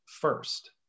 first